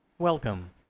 Welcome